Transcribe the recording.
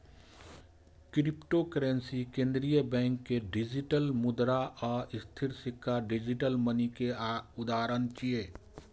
cryptocurrency, केंद्रीय bank के digital मुद्रा आ स्थिर सिक्का डिजिटल मनी के उदाहरण छियै